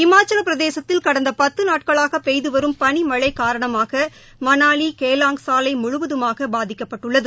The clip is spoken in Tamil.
இமாச்சல பிரதேசத்தில் கடந்த பத்து நாட்களாக பெய்து வரும் பளிமழை காரணமாக மனாலி கேலாங் சாலை முழுவதுமாக பாதிக்கப்பட்டுள்ளது